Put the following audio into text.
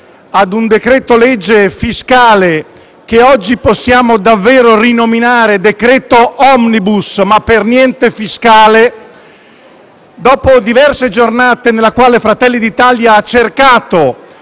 a un decreto-legge fiscale che oggi possiamo davvero rinominare decreto *omnibus*, ma per niente fiscale; dopo diverse giornate, nelle quali Fratelli d'Italia ha cercato,